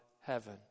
heaven